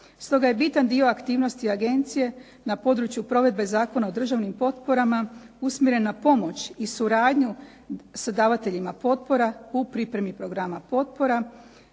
Stoga je bitan dio aktivnosti agencije na području provedbe Zakona o državnim potporama usmjeren na pomoć i suradnju davateljima potpora u pripremi programa potpora,